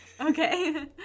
Okay